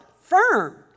firm